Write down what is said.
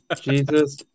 Jesus